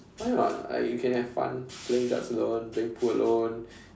why not like you can have fun playing darts alone playing pool alone